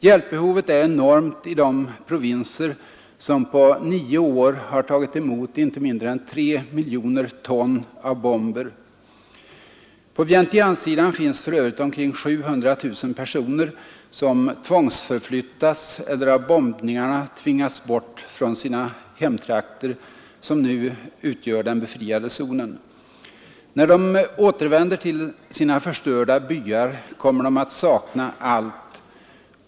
Hjälpbehovet är enormt i de provinser som på nio år tagit emot omkring 3 miljoner ton av bomber. På Vientianesidan finns för övrigt omkring 700 000 personer, som tvångsförflyttats eller av bombningarna tvingats bort från sina hemtrakter, som nu utgör den befriade zonen. När de återvänder till sina förstörda byar, kommer de att sakna allt.